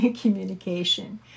communication